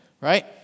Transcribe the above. Right